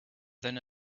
than